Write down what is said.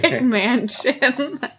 mansion